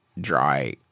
dry